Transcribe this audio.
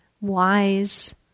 wise